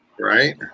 Right